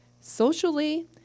Socially